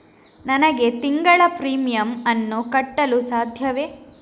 ನನಗೆ ತಿಂಗಳ ಪ್ರೀಮಿಯಮ್ ಅನ್ನು ಕಟ್ಟಲು ಸಾಧ್ಯವೇ?